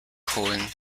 joven